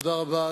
תודה רבה.